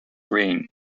reign